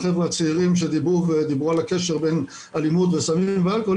החבר'ה הצעירים שדיברו ודיברו על הקשר בין אלימות וסמים ואלכוהול,